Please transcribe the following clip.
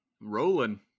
Rolling